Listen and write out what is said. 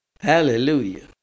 Hallelujah